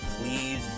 Please